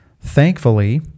Thankfully